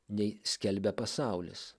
nei skelbia pasaulis